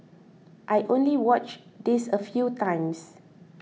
I only watched this a few times